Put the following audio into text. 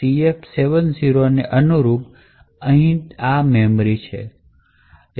FFFFCF70 ને અનુરૂપ તે અહીંની આ મેમરી છે